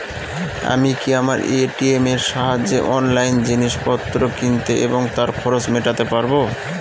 আমি কি আমার এ.টি.এম এর সাহায্যে অনলাইন জিনিসপত্র কিনতে এবং তার খরচ মেটাতে পারব?